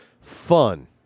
fun